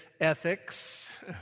ethics